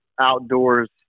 outdoors